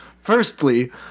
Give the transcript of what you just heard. Firstly